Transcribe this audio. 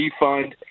defund